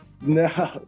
No